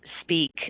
speak